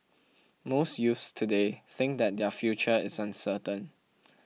most youths today think that their future is uncertain